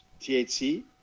THC